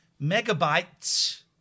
megabytes